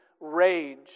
rage